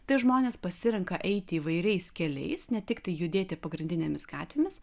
tai žmonės pasirenka eiti įvairiais keliais ne tiktai judėti pagrindinėmis gatvėmis